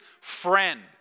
friend